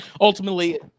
ultimately